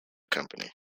company